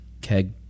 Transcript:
keg